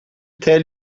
tell